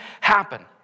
happen